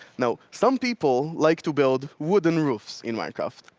now some people like to build wooden roofs in minecraft.